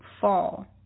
fall